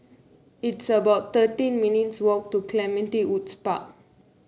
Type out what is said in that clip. it's about thirteen minutes' walk to Clementi Woods Park